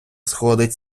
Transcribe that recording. сходить